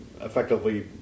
effectively